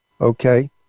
okay